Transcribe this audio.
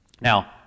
Now